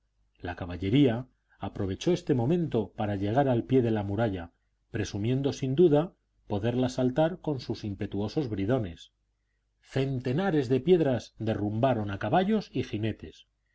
la caballería aprovechó este momento para llegar al pie de la muralla presumiendo sin duda poderla saltar con sus impetuosos bridones centenares de piedras derrumbaron a caballos y jinetes